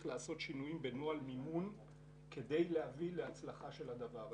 לעשות שינויים בנוהל מימון כדי להביא להצלחה של הדבר הזה.